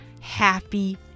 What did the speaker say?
Happy